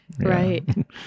Right